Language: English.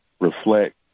reflect